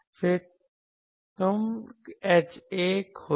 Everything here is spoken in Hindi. फिर तुम HA खोजें